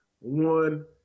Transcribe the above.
one